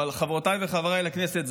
אבל חברותיי וחבריי לכנסת,